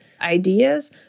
ideas